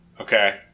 Okay